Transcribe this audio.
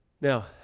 Now